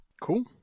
cool